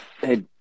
Hey